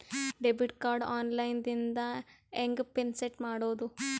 Debit card online ದಿಂದ ಹೆಂಗ್ PIN set ಮಾಡೋದು?